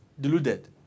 deluded